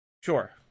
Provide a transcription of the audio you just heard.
Sure